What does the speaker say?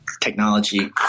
technology